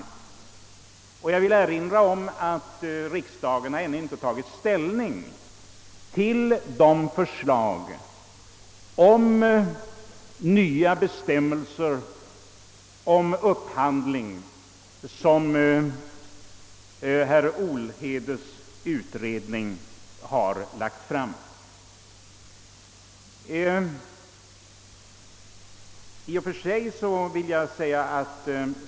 Riksdagen har heller inte tagit ställning till det förslag om nya bestämmelser för upphandling som framlagts genom herr Olhedes utredning.